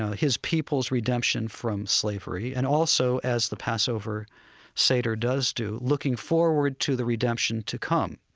ah his people's redemption from slavery and also, as the passover seder does do, looking forward to the redemption to come.